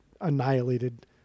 annihilated